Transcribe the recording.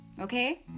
okay